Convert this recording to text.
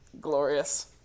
Glorious